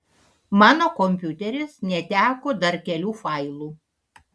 mano kompiuteris neteko dar kelių failų